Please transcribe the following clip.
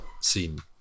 scene